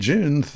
June